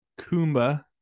Kumba